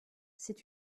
c’est